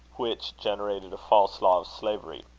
which generated a false law of slavery.